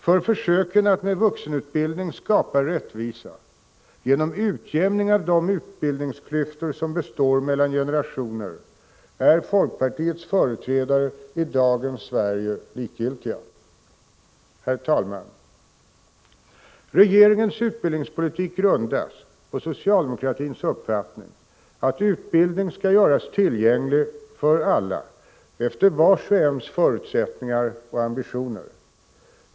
För försöken att med vuxenutbildning skapa rättvisa, genom utjämning av de utbildningsklyftor som består mellan generationer, är folkpartiets företrädare i dagens Sverige likgiltiga. Herr talman! Regeringens utbildningspolitik grundas på socialdemokratins uppfattning att utbildning skall göras tillgänglig för alla efter vars och ens förutsättningar och ambitioner.